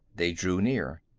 they drew near.